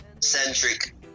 centric